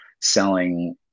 selling